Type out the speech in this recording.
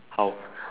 how